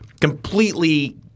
completely